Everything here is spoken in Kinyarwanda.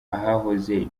ahahoze